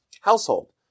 household